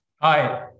Hi